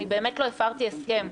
אני באמת לא הפרתי הסכם,